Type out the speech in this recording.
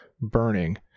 burning